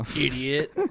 Idiot